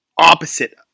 opposite